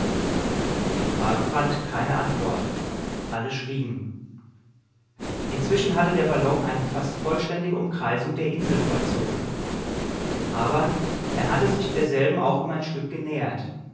die frage fand keine antwort alle schwiegen inzwischen hatte der ballon eine fast vollständige umkreisung der insel vollzogen aber er hatte sich derselben auch noch um ein stück genähert